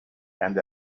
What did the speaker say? and